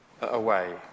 away